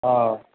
অঁ